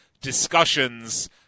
discussions